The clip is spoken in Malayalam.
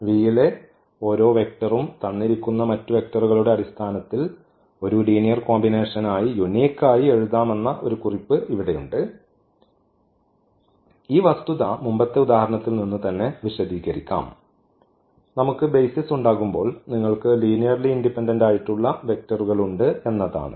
V ലെ ഓരോ വെക്റ്ററും തന്നിരിക്കുന്ന മറ്റു വെക്റ്ററുകളുടെ അടിസ്ഥാനത്തിൽ ഒരു ലീനിയർ കോമ്പിനേഷനായി യൂണിക് ആയി എഴുതാമെന്ന ഒരു കുറിപ്പ് ഇവിടെയുണ്ട് ഈ വസ്തുത മുമ്പത്തെ ഉദാഹരണത്തിൽ നിന്ന് തന്നെ വിശദീകരിക്കാം നമുക്ക് ബെയ്സിസ് ഉണ്ടാകുമ്പോൾ നിങ്ങൾക്ക് ലീനിയർലി ഇൻഡിപെൻഡന്റായിട്ടുള്ള വെക്ടറുകൾ ഉണ്ട് എന്നതാണ്